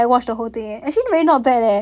watch the whole thing actually really not bad leh